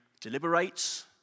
deliberates